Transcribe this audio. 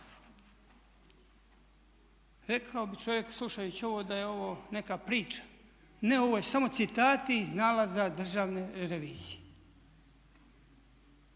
Rekao bi čovjek slušajući ovo da je ovo neka priča. Ne ovo su samo citati iz nalaza Državne revizije.